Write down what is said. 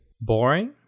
boring